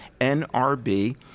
NRB